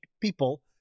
people